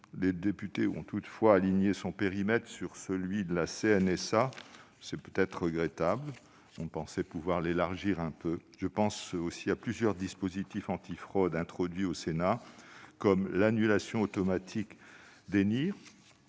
les députés ont toutefois aligné son périmètre sur celui du conseil de la CNSA, ce qui est peut-être regrettable ; nous pensions pouvoir l'élargir un peu. Je pense aussi à plusieurs dispositifs anti-fraude introduits au Sénat : l'annulation automatique des